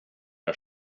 our